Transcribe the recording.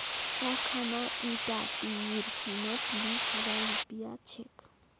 अखना ईटा टीवीर कीमत बीस हजार रुपया छेक